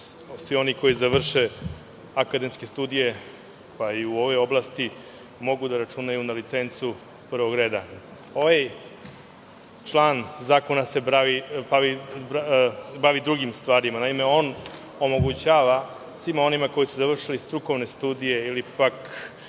svi oni koji završe akademske studije, pa i u ovoj oblasti, mogu da računaju na licencu prvog reda. Ovaj član zakona se bavi drugim stvarima. On omogućava svima onima koji su završili strukovne studije, ili pak